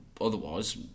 otherwise